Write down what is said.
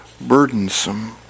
burdensome